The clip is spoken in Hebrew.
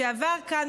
שעבר כאן,